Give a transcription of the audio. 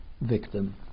victim